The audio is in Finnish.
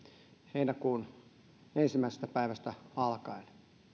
heinäkuun ensimmäisestä päivästä alkaen